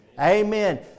Amen